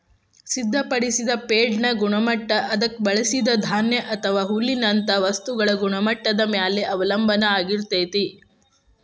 ಸಿದ್ಧಪಡಿಸಿದ ಫೇಡ್ನ ಗುಣಮಟ್ಟ ಅದಕ್ಕ ಬಳಸಿದ ಧಾನ್ಯ ಅಥವಾ ಹುಲ್ಲಿನಂತ ವಸ್ತುಗಳ ಗುಣಮಟ್ಟದ ಮ್ಯಾಲೆ ಅವಲಂಬನ ಆಗಿರ್ತೇತಿ